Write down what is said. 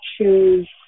choose